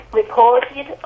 reported